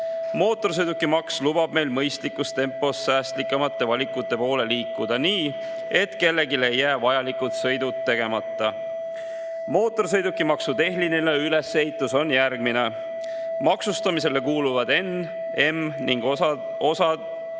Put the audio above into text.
Mootorsõidukimaks lubab meil mõistlikus tempos säästlikumate valikute poole liikuda nii, et kellelgi ei jää vajalikud sõidud tegemata. Mootorsõidukimaksu tehniline ülesehitus on järgmine. Maksustamisele kuuluvad N‑, M‑ ning osad